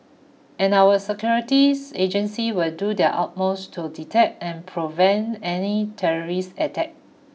and our securities agencies will do their utmost to detect and prevent any terrorist attack